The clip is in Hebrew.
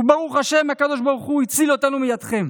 וברוך השם, הקדוש ברוך הוא הציל אותנו מידכם.